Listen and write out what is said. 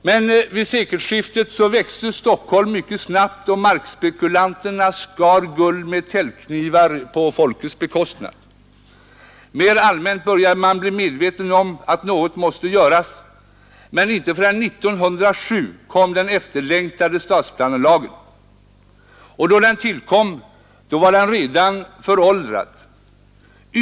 Men vid sekelskiftet växte Stockholm mycket snabbt och markspekulanterna skar guld med täljknivar på folkets bekostnad. Mer allmänt började man bli medveten om att något måste göras. Men inte förrän 1907 kom den efterlängtade stadsplanelagen. Då den tillkom var den redan föråldrad.